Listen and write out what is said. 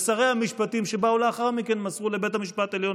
ושרי המשפטים שבאו לאחר מכן מסרו לבית המשפט העליון